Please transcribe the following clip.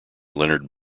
leonard